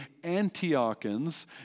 Antiochans